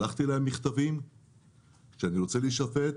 שלחתי להם מכתבים שאני רוצה להישפט,